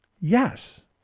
Yes